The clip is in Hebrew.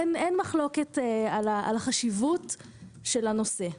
אין מחלוקת על חשיבות הנושא.